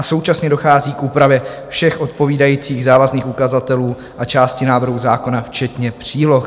Současně dochází k úpravě všech odpovídajících závazných ukazatelů a části návrhu zákona včetně příloh.